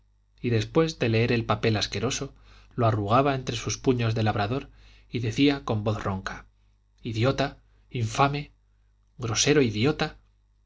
y después de leer el papel asqueroso lo arrugaba entre sus puños de labrador y decía con voz ronca idiota infame grosero idiota